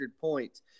points